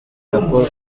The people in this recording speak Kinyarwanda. paul